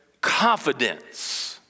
confidence